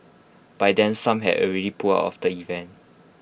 by then some had already pulled out of the event